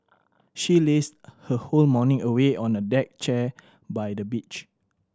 she lazed her whole morning away on a deck chair by the beach